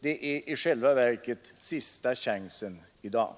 Det är i själva verket sista chansen i dag.